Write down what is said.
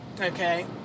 okay